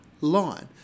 line